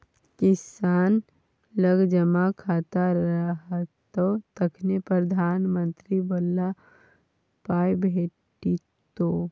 किसान लग जमा खाता रहतौ तखने प्रधानमंत्री बला पाय भेटितो